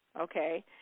Okay